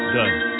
Done